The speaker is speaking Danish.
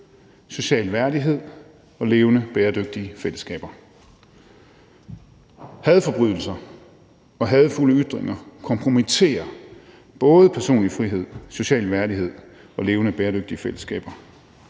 social værdighed og levende, bæredygtige fællesskaber.« Hadforbrydelser og hadefulde ytringer kompromitterer både personlig frihed, social værdighed og levende, bæredygtige fællesskaber.